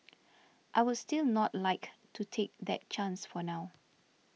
I would still not like to take that chance for now